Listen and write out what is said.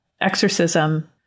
exorcism